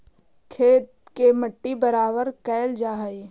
खेत के मट्टी बराबर कयल जा हई